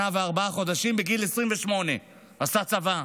שנה וארבעה חודשים בגיל 28. עשה צבא.